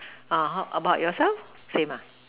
how about yourself same